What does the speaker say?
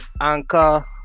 anchor